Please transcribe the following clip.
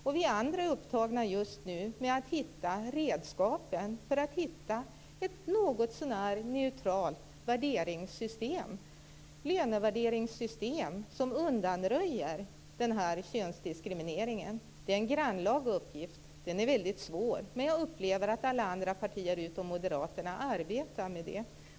Vi är alla just nu upptagna med att hitta redskapen för ett något så när neutralt lönevärderingssystem som undanröjer denna könsdiskriminering. Det är en grannlaga uppgift, och den är väldigt svår. Men jag upplever att alla partier utom Moderaterna arbetar med den.